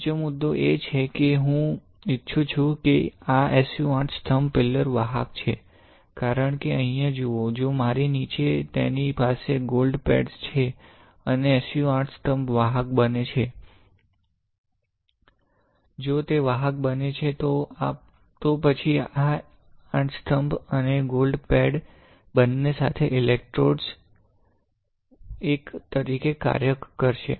બીજો મુદ્દો એ છે કે હું ઇચ્છું છું કે આ SU 8 સ્તંભ વાહક છે કારણ કે અહીં જુઓ જો મારી નીચે તેની પાસે ગોલ્ડ પેડ્સ છે અને SU 8 સ્તંભ વાહક બને છે જો તે વાહક બને છે તો પછી આ SU 8 સ્તંભ અને ગોલ્ડ પેડ બન્ને સાથે ઇલેક્ટ્રોડ 1 તરીકે કાર્ય કરશે